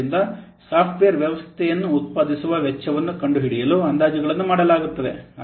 ಆದ್ದರಿಂದ ಸಾಫ್ಟ್ವೇರ್ ವ್ಯವಸ್ಥೆಯನ್ನು ಉತ್ಪಾದಿಸುವ ವೆಚ್ಚವನ್ನು ಕಂಡುಹಿಡಿಯಲು ಅಂದಾಜುಗಳನ್ನು ಮಾಡಲಾಗುತ್ತದೆ